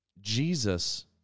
Jesus